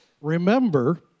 Remember